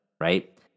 right